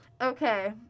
Okay